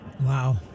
Wow